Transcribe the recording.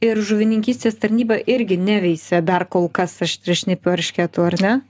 ir žuvininkystės tarnyba irgi neveisia dar kol kas aštriašnipių eršketų ar ne